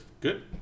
Good